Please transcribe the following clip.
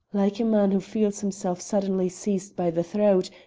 like a man who feels himself suddenly seized by the throat,